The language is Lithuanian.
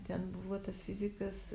ten buvo tas fizikas